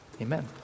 Amen